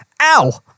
Ow